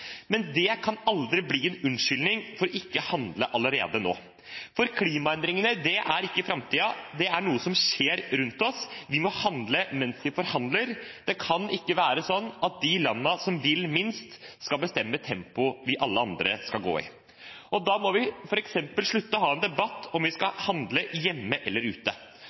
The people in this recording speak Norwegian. Men det kan aldri bli en unnskyldning for ikke å handle allerede nå, for klimaendringene er ikke framtiden, det er noe som skjer rundt oss. Vi må handle mens vi forhandler. Det kan ikke være slik at de landene som vil minst, skal bestemme tempoet alle andre land skal gå i. Da må vi f.eks. slutte å ha en debatt om vi skal handle hjemme eller ute,